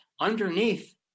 underneath